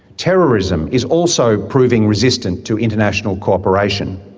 terrorism is also proving resistant to international cooperation.